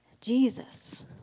Jesus